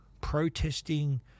protesting